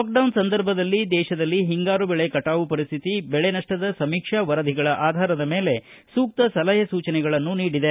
lockdown ಸಂದರ್ಭದಲ್ಲಿ ದೇಶದಲ್ಲಿ ಹಿಂಗಾರು ಬೆಳೆ ಕಟಾವು ಪರಿಸ್ಥಿತಿ ಬೆಳೆ ನಷ್ಟದ ಸಮೀಕ್ಷಾ ವರದಿಗಳ ಆಧಾರದ ಮೇಲೆ ಸೂಕ್ತ ಸಲಹೆ ಸೂಚನೆಗಳನ್ನು ನೀಡಿದೆ